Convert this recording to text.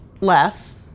less